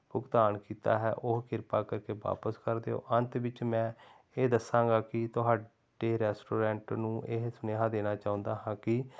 ਭੁਗਤਾਨ ਕੀਤਾ ਹੈ ਉਹ ਕਿਰਪਾ ਕਰਕੇ ਵਾਪਸ ਕਰ ਦਿਓ ਅੰਤ ਵਿੱਚ ਮੈਂ ਇਹ ਦੱਸਾਂਗਾ ਕਿ ਤੁਹਾਡੇ ਰੈਸਟੋਰੈਂਟ ਨੂੰ ਇਹ ਸੁਨੇਹਾ ਦੇਣਾ ਚਾਹੁੰਦਾ ਹਾਂ ਕਿ